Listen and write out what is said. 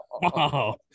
Wow